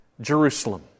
Jerusalem